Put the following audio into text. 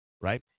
Right